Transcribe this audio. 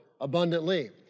abundantly